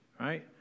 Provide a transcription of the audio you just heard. right